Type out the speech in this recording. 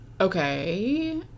Okay